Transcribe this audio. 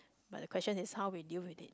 but the question is how we deal with it